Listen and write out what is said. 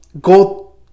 go